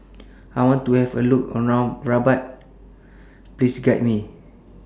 I want to Have A Look around Rabat Please Guide Me